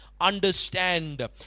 understand